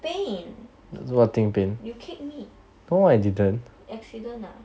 pain you kicked me accident ah